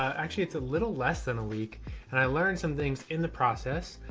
actually it's a little less than a week and i learned some things in the process.